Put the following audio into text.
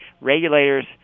regulators